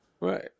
right